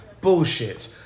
bullshit